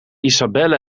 isabelle